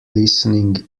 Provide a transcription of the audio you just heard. listening